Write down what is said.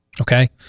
Okay